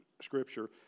scripture